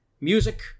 music